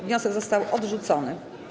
Wniosek został odrzucony.